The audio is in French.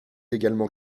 également